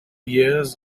years